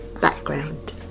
background